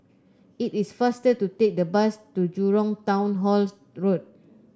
it is faster to take the bus to Jurong Town Hall Road